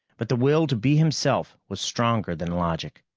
but the will to be himself was stronger than logic.